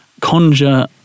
conjure